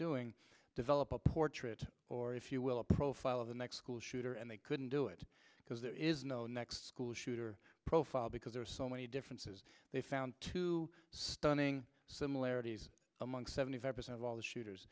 doing develop a portrait or if you will a profile of the next school shooter and they couldn't do it because there is no next school shooter profile because there are so many differences they found two stunning similarities among seventy five percent of all the shooters